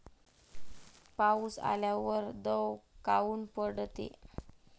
पाऊस आल्यावर दव काऊन पडते?